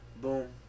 Boom